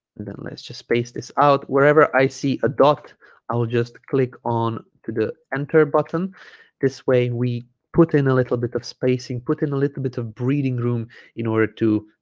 and then let's just space this out wherever i see a dot i'll just click on to the enter button this way we put in a little bit of spacing put in a little bit of breeding room in order to